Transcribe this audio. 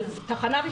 אבל זו תחנה ראשונה.